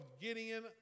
Gideon